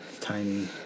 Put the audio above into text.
tiny